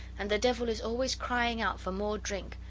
and the devil is always crying out for more drink,